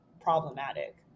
problematic